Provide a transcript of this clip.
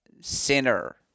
Sinner